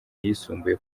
yisumbuye